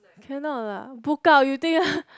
cannot lah book out you think what